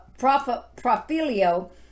profilio